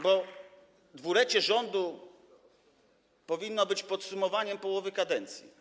Bo 2-lecie rządu powinno być podsumowaniem połowy kadencji.